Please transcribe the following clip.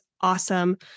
awesome